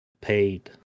paid